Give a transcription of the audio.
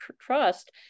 trust